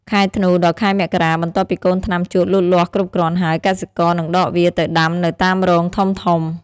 ខែធ្នូ ដល់ ខែមករា បន្ទាប់ពីកូនថ្នាំជក់លូតលាស់គ្រប់គ្រាន់ហើយ កសិករនឹងដកវាទៅដាំនៅតាមរងធំៗ។